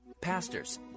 Pastors